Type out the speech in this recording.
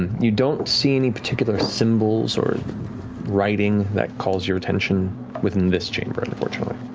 and you don't see any particular symbols or writing that calls your attention within this chamber, unfortunately.